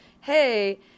hey